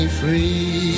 free